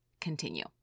continue